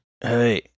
Hey